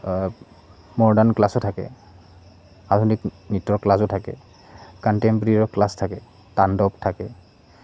modern ক্লাছো থাকে আধুনিক নৃত্যৰ ক্লাছো থাকে কণ্টেম্পৰেৰীও ক্লাছ থাকে তাণ্ডৱ থাকে